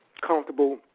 comfortable